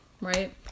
right